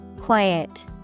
Quiet